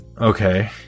Okay